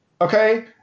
Okay